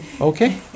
Okay